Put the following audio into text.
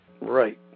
Right